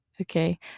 okay